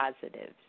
positives